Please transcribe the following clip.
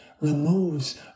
removes